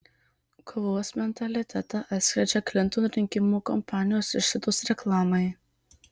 kovos mentalitetą atskleidžia klinton rinkimų kampanijos išlaidos reklamai